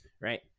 right